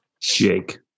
Jake